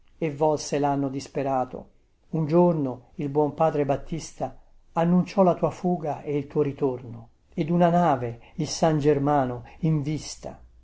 e volse lanno disperato un giorno il buon padre battista annunciò la tua fuga e il tuo ritorno ed una nave il san germano in vista